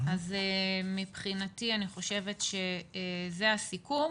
מבחינתי אני חושבת שזה הסיכום.